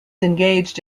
engaged